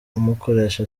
umukoresha